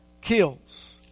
kills